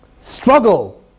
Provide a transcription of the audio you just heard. struggle